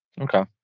Okay